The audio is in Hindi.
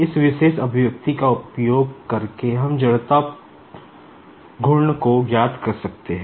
इस विशेष एक्सप्रेशन को ज्ञात कर सकते हैं